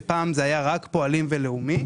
ופעם אלה היו רק פועלים ולאומי